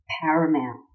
paramount